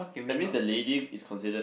that means the lady is considered